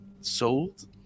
sold